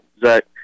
Zach